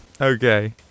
Okay